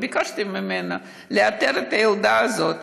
וביקשתי ממנו לאתר את הילדה הזאת,